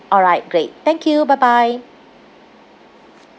all right great thank you bye bye